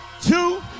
two